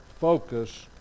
focus